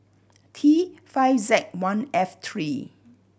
T five Z one F three